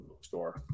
Store